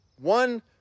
One